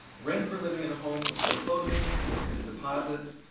rent for living in a home before closing, forfeited deposits.